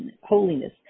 holiness